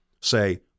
say